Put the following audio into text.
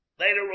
Later